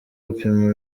gupima